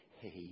hey